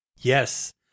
Yes